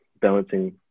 balancing